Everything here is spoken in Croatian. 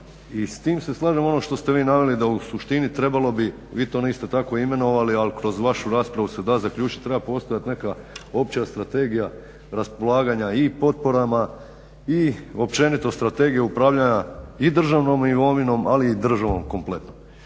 i s tim se slažem ono što ste vi naveli da u suštini trebalo bi, vi to niste tako imenovali ali kroz vašu raspravu se da zaključiti. Treba postojati neka opća strategija raspolaganja i potporama i općenito Strategija upravljanja i državnom imovinom ali i državom kompletno.